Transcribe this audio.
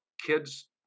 kids